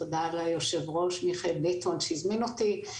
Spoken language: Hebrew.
תודה ליושב-ראש מיכאל ביטון שהזמין אותי.